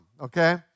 okay